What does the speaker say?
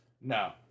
No